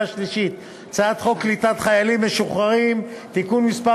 שלישית את הצעת חוק קליטת חיילים משוחררים (תיקון מס'